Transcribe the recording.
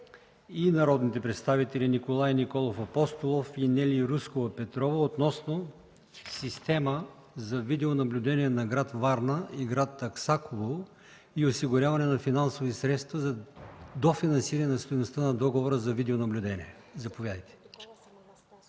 и народните представители Николай Николов Апостолов и Нели Рускова Петрова относно система за видеонаблюдение на град Варна и град Аксаково и осигуряване на финансови средства за дофинансиране на стойността на договора за видеонаблюдение. Заповядайте.